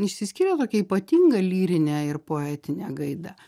išsiskyrė tokia ypatinga lyrine ir poetine gaida